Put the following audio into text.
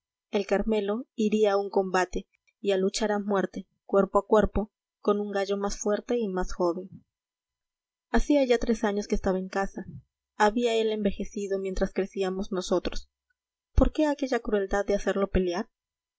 el carmelo iría a un combate y a luchar a muerte cuerpo a cuerpo con un gallo más fuerte y mas joven hacía ya tres años que estaba en casa había él envejecido mientras crecíamos nosotros por qué aquella crueldad de hacerlo pelear